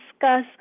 discuss